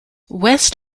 west